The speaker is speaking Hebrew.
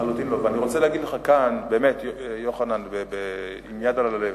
ואני רוצה להגיד לך כאן, יוחנן, עם יד על הלב,